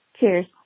Cheers